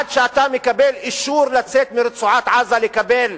עד שאתה מקבל אישור לצאת מרצועת-עזה לקבל